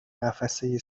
قفسه